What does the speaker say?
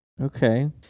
Okay